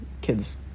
kids